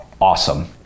awesome